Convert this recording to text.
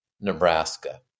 Nebraska